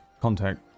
contact